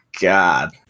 God